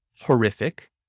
horrific